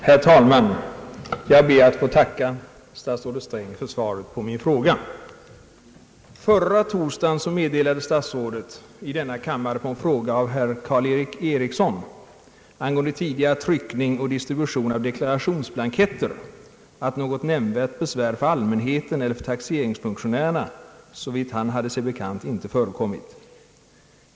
Herr talman! Jag ber att få tacka statsrådet Sträng för svaret på min fråga. Förra torsdagen meddelade statsrådet i denna kammare på en fråga av herr Karl-Erik Eriksson angående tidigare tryckning och distribution av deklarationsblanketter, att något nämnvärt besvär för allmänheten eller för taxeringsfunktionärerna såvitt han hade sig bekant inte förekommit.